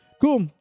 cool